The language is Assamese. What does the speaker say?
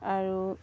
আৰু